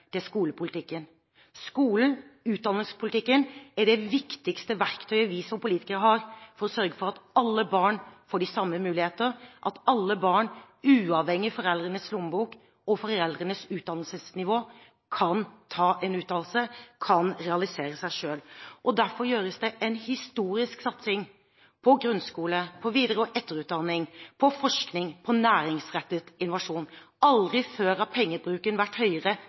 Det er skolepolitikken. Skole- og utdanningspolitikken er det viktigste verktøyet vi som politikere har for å sørge for at alle barn får de samme muligheter, at alle barn, uavhengig av foreldrenes lommebok og foreldrenes utdannelsesnivå, kan ta en utdannelse, kan realisere seg selv. Derfor gjøres det en historisk satsing på grunnskole, på videre- og etterutdanning, på forskning og på næringsrettet innovasjon. Aldri før har pengebruken utgjort en høyere